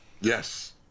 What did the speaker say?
Yes